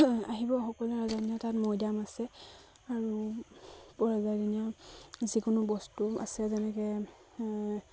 আহিব সকলো ৰাজদিনীয়া তাত মৈদাম আছে আৰু ৰজাদিনীয়া যিকোনো বস্তু আছে যেনেকৈ